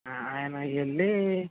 ఆయన వెళ్ళీ